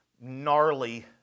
gnarly